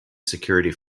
security